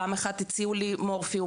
פעם אחת הציעו לי מורפיום.